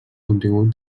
contingut